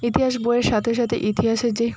ইতিহাস বইয়ের সাথে সাথে ইতিহাসের যে